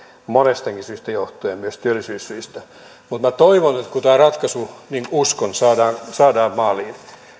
monestakin syystä johtuen myös työllisyyssyistä mutta minä toivon ja uskon että kun tämä ratkaisu saadaan saadaan maaliin